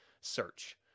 search